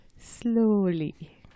slowly